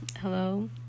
hello